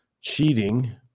cheating